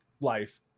life